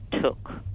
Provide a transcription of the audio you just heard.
took